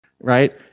Right